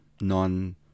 non